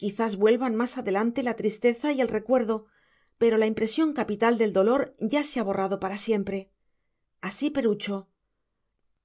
quizás vuelvan más adelante la tristeza y el recuerdo pero la impresión capital del dolor ya se ha borrado para siempre así perucho